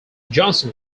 johnson